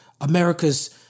America's